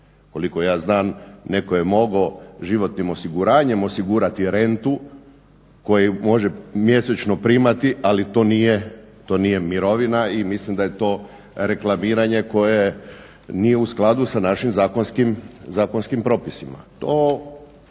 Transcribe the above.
Koliko ja znam netko je mogao životnim osiguranjem osigurati rentu koju može mjesečno primati ali to nije mirovina i mislim da je to reklamiranje koje nije u skladu sa našim zakonskim propisima.